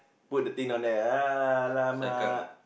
put the thing down there ah !alamak!